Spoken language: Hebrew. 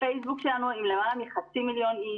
הפייסבוק שלנו עם למעלה מ-500,000 איש.